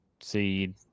seed